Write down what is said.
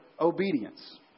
obedience